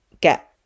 get